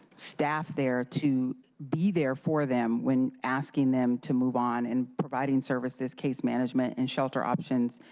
staff there to be there for them when asking them to move on and providing services, case management, and shelter options.